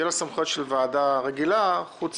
שיהיו לה סמכויות של ועדה רגילה חוץ